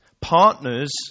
Partners